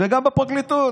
וגם בפרקליטות